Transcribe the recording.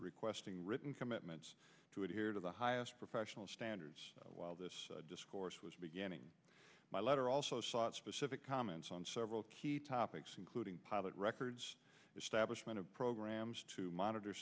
requesting written commitments to adhere to the highest professional standards while this discourse was beginning my letter also sought specific comments on several key topics including pilot records establishment of programs to monitor